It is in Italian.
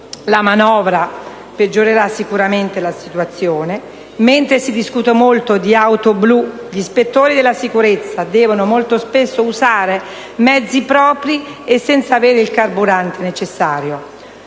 La manovra peggiorerà sicuramente la situazione. Mentre si discute molto di auto blu, gli ispettori della sicurezza devono molto spesso usare mezzi propri e senza avere il carburante necessario.